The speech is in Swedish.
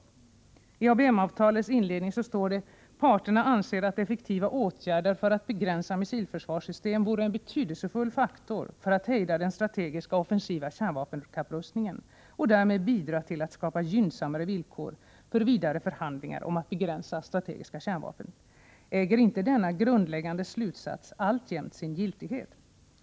Oo I ABM-avtalets inledning står: ”Parterna anser att effektiva åtgärder för att begränsa missilförsvarssystem vore en betydelsefull faktor för att hejda den strategiska offensiva kärnvapenkapprustningen och därmed bidra till att skapa gynnsammare villkor för vidare förhandlingar om att begränsa strategiska kärnvapen.” Äger inte denna grundläggande slutsats alltjämt sin giltighet?